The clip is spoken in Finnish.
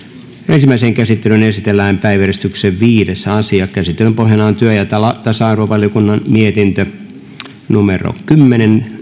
ensimmäiseen käsittelyyn esitellään päiväjärjestyksen viides asia käsittelyn pohjana on työelämä ja tasa arvovaliokunnan mietintö kymmenen